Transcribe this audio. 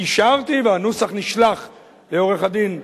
אישרתי, והנוסח נשלח לעורך-הדין ויינרוט,